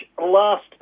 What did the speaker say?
last